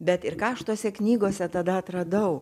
bet ir ką aš tose knygose tada atradau